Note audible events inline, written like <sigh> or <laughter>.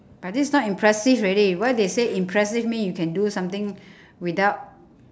but this not impressive already why they say impressive mean you can do something <breath> without